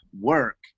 work